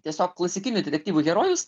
tiesiog klasikinių detektyvų herojus